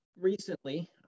recently